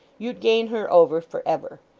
you'd gain her over for ever.